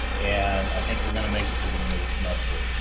and i think we're going to make it to the end of the semester.